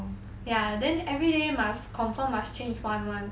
ya then everyday must confirm must change one [one]